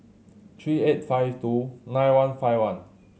three eight five two nine one five one